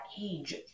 age